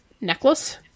necklace